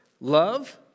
love